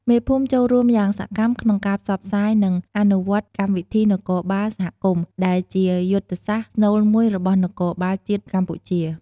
មេភូមិចូលរួមយ៉ាងសកម្មក្នុងការផ្សព្វផ្សាយ និងអនុវត្តកម្មវិធីនគរបាលសហគមន៍ ដែលជាយុទ្ធសាស្ត្រស្នូលមួយរបស់នគរបាលជាតិកម្ពុជា។